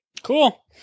Cool